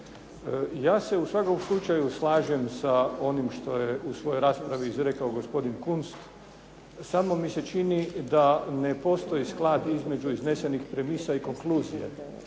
Ja se u svakom slučaju slažem sa onim što je u svojoj raspravi izrekao gospodin Kunst, samo mi se čini da ne postoji sklad između iznesenih premisa i konkluzije